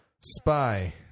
Spy